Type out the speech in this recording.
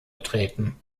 getreten